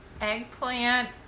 Eggplant